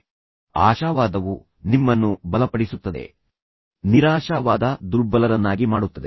ಈಗ ಇನ್ನೊಂದು ಸೆಟ್ಃ ಆಶಾವಾದವು ನಿಮ್ಮನ್ನು ಬಲಪಡಿಸುತ್ತದೆ ನಿರಾಶಾವಾದ ನಿಮ್ಮನ್ನು ದುರ್ಬಲರನ್ನಾಗಿ ಮಾಡುತ್ತದೆ